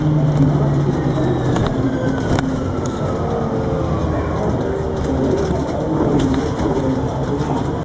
but not for the twenty percent who vote in in the democratic primary. so they have elevated this to their top issue.